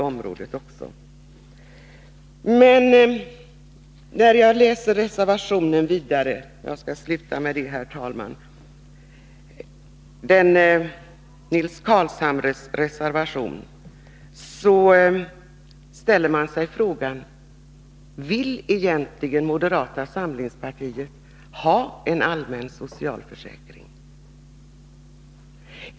När man läser Nils Carlshamres reservation ställer man sig frågan: Vill egentligen moderata samlingspartiet ha en allmän socialförsäkring?